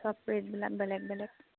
সব ৰেটবিলাক বেলেগ বেলেগ